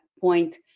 point